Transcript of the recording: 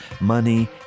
money